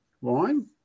wine